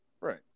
Right